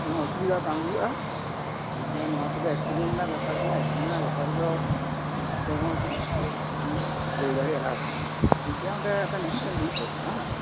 ᱠᱳᱱᱳ ᱚᱥᱩᱵᱤᱫᱷ ᱵᱟᱝ ᱦᱩᱭᱩᱜᱼᱟ ᱱᱚᱣᱟ ᱠᱚᱫᱚ ᱮᱠᱥᱤᱰᱮᱱᱴ ᱨᱮᱱᱟᱜ ᱵᱮᱯᱟᱨ ᱠᱟᱱᱟ ᱮᱠᱥᱤᱰᱮᱱᱴ ᱠᱚᱫᱚ ᱚᱠᱚᱭ ᱦᱚᱸ ᱛᱤᱥ ᱦᱚᱸ ᱵᱟᱝᱠᱚ ᱞᱟᱹᱭ ᱫᱟᱲᱮᱭᱟᱜᱼᱟ ᱞᱟᱦᱟ ᱠᱷᱚᱱ ᱫᱚ ᱴᱷᱤᱠ ᱜᱮᱭᱟ ᱟᱵᱮᱱ ᱫᱩᱲᱩᱵ ᱵᱮᱱ ᱦᱮᱸ